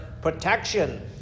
protection